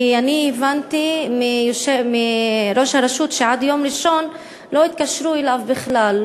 כי אני הבנתי מראש הרשות שעד יום ראשון לא התקשרו אליו בכלל,